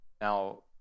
Now